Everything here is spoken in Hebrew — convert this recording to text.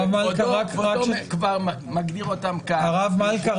אם כבודו כבר מגדיר אותם --- הרב מלכא,